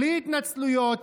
בלי התנצלויות.